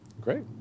Great